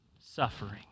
suffering